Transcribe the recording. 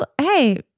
hey